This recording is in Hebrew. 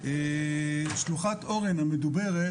שלוחת אורן המדוברת,